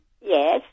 Yes